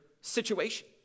situation